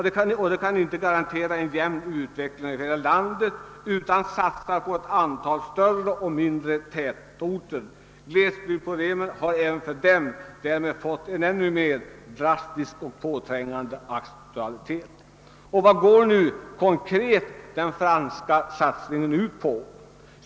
Man kan inte garantera en jämn utveckling över hela landet utan satsar på ett större eller mindre antal tätorter. Glesbygdsproblemen har även där fått en mera dramatisk och påträngande aktualitet. Vad går nu den franska satsningen konkret ut på?